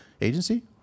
agency